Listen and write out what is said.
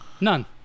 None